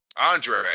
Andre